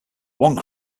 one